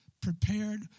prepared